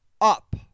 up